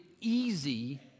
easy